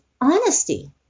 honesty